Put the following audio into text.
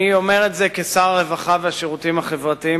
אני אומר את זה כשר הרווחה והשירותים החברתיים